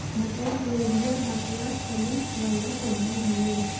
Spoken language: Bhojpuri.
मटर, लोबिया, बकला फली वाला सब्जी हवे